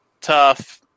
tough